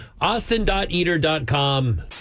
Austin.Eater.com